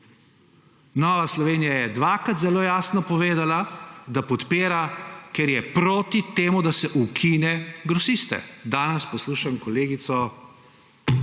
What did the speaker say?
Nova Slovenija je dvakrat zelo jasno povedala, da podpira, ker je proti temu, da se ukine grosiste. Danes poslušam kolegico,